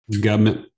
Government